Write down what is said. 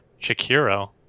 Shakiro